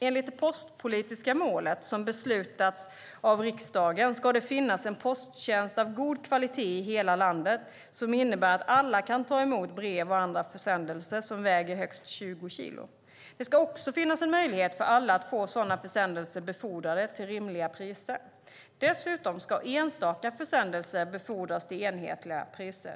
Enligt det postpolitiska målet, som beslutats av riksdagen, ska det finnas en posttjänst av god kvalitet i hela landet som innebär att alla kan ta emot brev och andra försändelser som väger högst 20 kilo. Det ska också finnas en möjlighet för alla att få sådana försändelser befordrade till rimliga priser. Dessutom ska enstaka försändelser befordras till enhetliga priser.